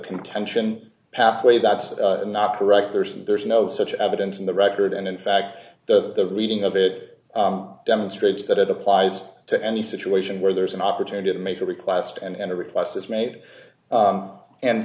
contention pathway that's not correct person there is no such evidence in the record and in fact the reading of it demonstrates that it applies to any situation where there is an opportunity to make a request and